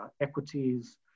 equities